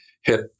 hit